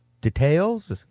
details